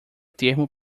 termo